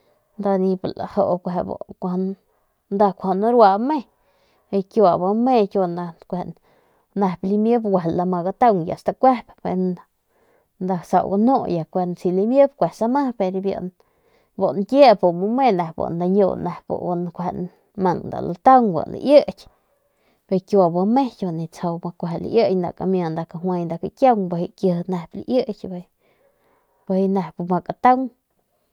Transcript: Nep nda laju narua me y kiua bi me kiua bi nep nda lamip nda lame ma gataung y ya nda stakuep y si kue lamip kue nda sama y bu nkiep bi me bi meje nep lami bi lantaung bi laiky bi nip tsjau laiky y kamia nda kakiaung bi kakiji nep laiky bijiy nep ma kataung.